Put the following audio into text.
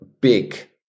big